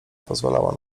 pozwalała